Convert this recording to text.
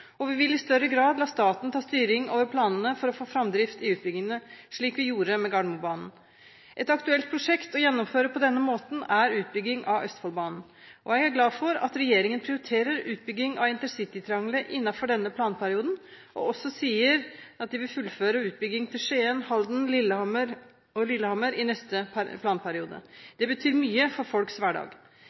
og vi vil i større grad la staten ta styring over planene for å få framdrift i utbyggingene, slik vi gjorde med Gardermobanen. Et aktuelt prosjekt å gjennomføre på denne måten er utbyggingen av Østfoldbanen. Jeg er glad for at regjeringen prioriterer utbygging av intercitytriangelet innenfor denne planperioden og også sier at de vil fullføre utbyggingen til Skien, Halden og Lillehammer i neste planperiode. Det betyr mye for folks hverdag.